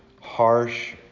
harsh